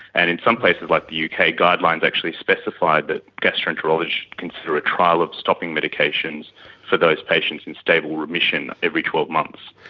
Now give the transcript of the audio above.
and in some places like the uk, guidelines actually specify that gastroenterologists consider a trial of stopping medications for those patients in stable remission every twelve months.